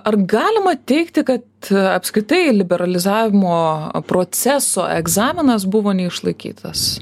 ar galima teigti kad apskritai liberalizavimo proceso egzaminas buvo neišlaikytas